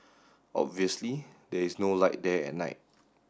obviously there is no light there at night